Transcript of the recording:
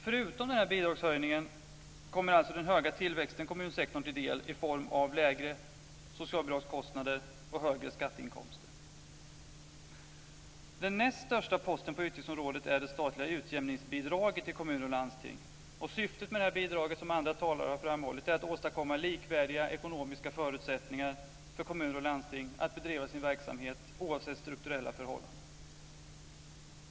Förutom den här bidragshöjningen kommer den höga tillväxten kommunsektorn till del i form av lägre socialbidragskostnader och högre skatteinkomster. Den näst största posten på utgiftsområdet är det statliga utjämningsbidraget till kommuner och landsting. Syftet med det här bidraget är, som andra talare har framhållit, att åstadkomma likvärdiga ekonomiska förutsättningar för kommuner och landsting att bedriva sin verksamhet oavsett strukturella förhållanden.